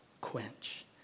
quench